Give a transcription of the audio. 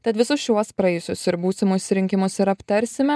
tad visus šiuos praėjusius ir būsimus rinkimus ir aptarsime